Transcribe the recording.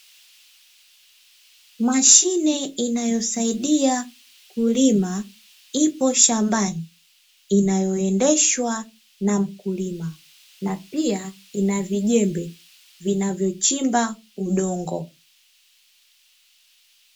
Mashine inayosaidia kulima ipo shambani inayoendeshwa na mkulima pia ina vijembe vinavyochimba udongo.